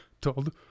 told